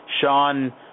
Sean